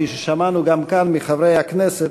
כפי ששמענו גם כאן מחברי הכנסת,